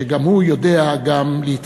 שגם הוא יודע להתמודד